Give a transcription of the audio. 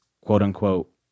quote-unquote